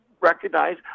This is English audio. recognize